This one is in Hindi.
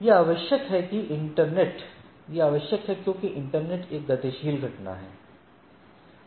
यह आवश्यक है क्योंकि इंटरनेट एक गतिशील घटना है